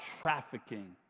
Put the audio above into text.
trafficking